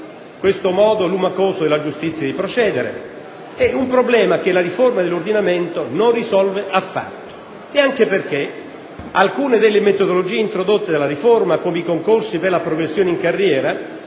questo modo lumacoso della giustizia di procedere, problema che la riforma dell'ordinamento non risolve affatto; in secondo luogo, perché alcune delle metodologie introdotte dalla riforma, come i concorsi per la progressione in carriera,